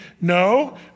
no